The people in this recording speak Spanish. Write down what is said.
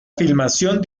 filmación